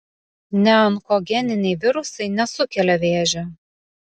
neonkogeniniai virusai nesukelia vėžio